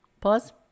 Pause